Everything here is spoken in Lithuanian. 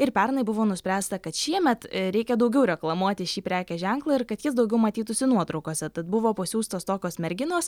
ir pernai buvo nuspręsta kad šiemet reikia daugiau reklamuoti šį prekės ženklą ir kad jis daugiau matytųsi nuotraukose tad buvo pasiųstos tokios merginos